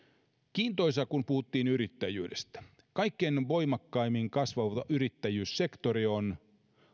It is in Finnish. kiintoisaa kun puhuttiin yrittäjyydestä kaikkein voimakkaimmin kasvava yrittäjyyssektori on